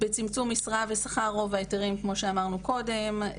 בצמצום משרה ושכר רוב ההיתרים כמו שאמרנו קודם,